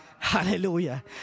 Hallelujah